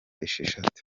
esheshatu